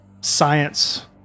science